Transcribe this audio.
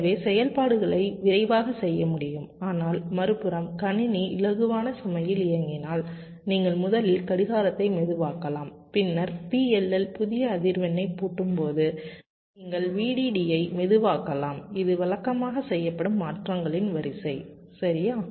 எனவே செயல்பாடுகளை விரைவாகச் செய்ய முடியும் ஆனால் மறுபுறம் கணினி இலகுவான சுமையில் இயங்கினால் நீங்கள் முதலில் கடிகாரத்தை மெதுவாக்கலாம் பின்னர் PLL புதிய அதிர்வெண்ணைப் பூட்டும்போது நீங்கள் VDDயை மெதுவாக்கலாம் இது வழக்கமாக செய்யப்படும் மாற்றங்களின் வரிசை சரியா